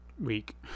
week